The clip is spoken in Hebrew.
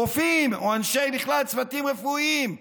רופאים או בכלל צוותים רפואיים,